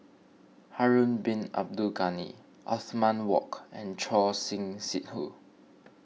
Harun Bin Abdul Ghani Othman Wok and Choor Singh Sidhu